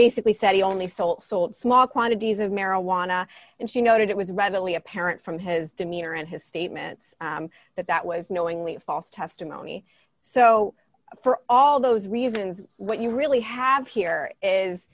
basically said he only sole sold small quantities of marijuana and she noted it was readily apparent from his demeanor and his statements that that was knowingly false testimony so for all those reasons what you really have here is